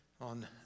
on